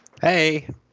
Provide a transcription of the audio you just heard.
hey